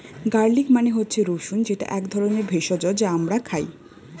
garlic মানে হচ্ছে রসুন যেটা এক ধরনের ভেষজ যা আমরা খাই